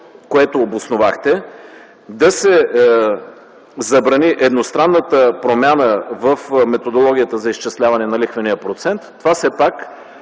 което обосновахте – да се забрани едностранната промяна в методологията за изчисляване на лихвения процент, това все пак